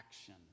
action